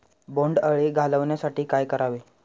बोंडअळी घालवण्यासाठी काय करावे?